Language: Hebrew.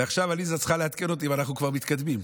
ועכשיו עליזה צריכה לעדכן אותי אם אנחנו כבר מתקדמים.